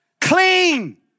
clean